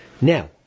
Now